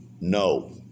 No